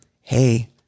hey